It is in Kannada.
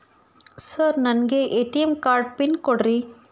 ಸರ್ ನನಗೆ ಎ.ಟಿ.ಎಂ ಕಾರ್ಡ್ ಪಿನ್ ಕೊಡ್ರಿ?